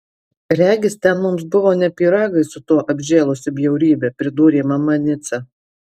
regis ten mums buvo ne pyragai su tuo apžėlusiu bjaurybe pridūrė mama nica